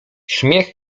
śmiech